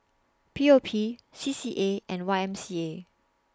P O P C C A and Y M C A